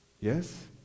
Yes